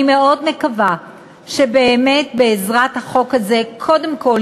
אני מאוד מקווה שבאמת בעזרת החוק הזה קודם כול